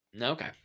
Okay